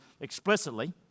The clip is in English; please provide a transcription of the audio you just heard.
explicitly